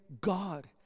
God